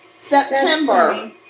September